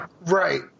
Right